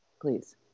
please